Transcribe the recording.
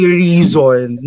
reason